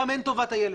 שם אין טובת הילד.